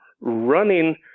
running